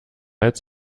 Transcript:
als